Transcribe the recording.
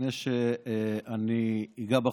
לפני שאני אגע בחוק,